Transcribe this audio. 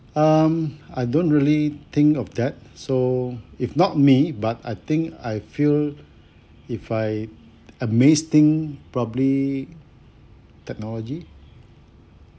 um I don't really think of that so if not me but I think I feel if I amaze thing probably technology